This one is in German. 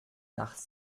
nachts